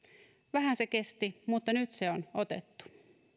vähän se kesti mutta nyt se on otettu